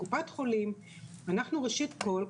קופ"ח אנחנו ראשית כל,